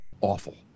awful